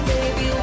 Baby